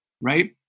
right